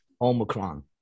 Omicron